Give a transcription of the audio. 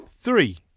Three